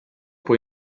può